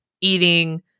eating